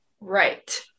Right